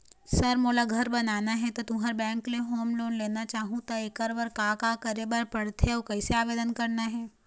Sir मोला घर बनाना हे ता तुंहर बैंक ले होम लोन लेना चाहूँ ता एकर बर का का करे बर पड़थे अउ कइसे आवेदन करना हे?